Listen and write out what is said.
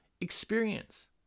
experience